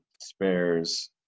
spares